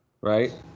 right